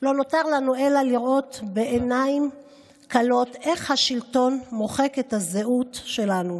לא נותר לנו אלא לראות בעיניים כלות איך השלטון מוחק את הזהות שלנו